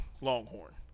Longhorn